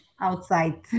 outside